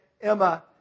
Emma